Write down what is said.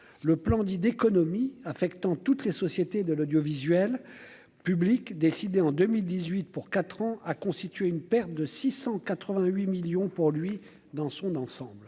le plan dit d'économie affectant toutes les sociétés de l'audiovisuel public décidée en 2018 pour 4 ans, a constitué une perte de 688 millions pour lui dans son ensemble,